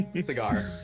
cigar